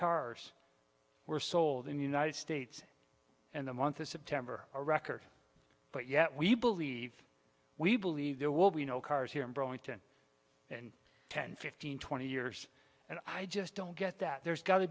cars were sold in the united states and the month of september a record but yet we believe we believe there will be no cars here in burlington in ten fifteen twenty years and i just don't get that there's got to